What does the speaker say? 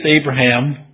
Abraham